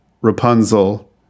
Rapunzel